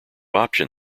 option